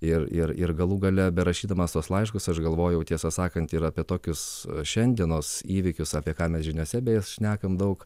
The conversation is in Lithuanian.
ir ir ir galų gale berašydamas tuos laiškus aš galvojau tiesą sakant ir apie tokius šiandienos įvykius apie ką mes žiniose beje šnekam daug